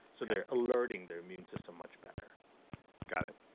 so they're alerting their immune system much better got it.